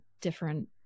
different